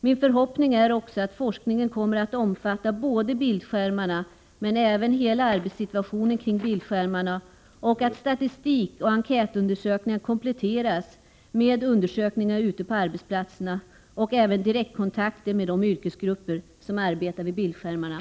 Min förhoppning är också att forskningen kommer att omfatta både Nr 119 bildskärmarna och hela arbetssituationen kring bildskärmarna samt att 3 B - Tisdagen den statistikoch enkätundersökningar kompletteras med undersökningar ute på 16 april 1985 arbetsplatserna och även med direktkontakter med de yrkesgrupper som arbetar vid bildskärmarna.